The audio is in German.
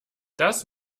das